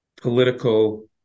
political